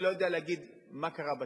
אני לא יודע להגיד מה קרה בשכונת-התקווה,